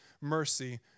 mercy